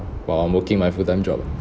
while I'm working my full time job